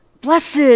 blessed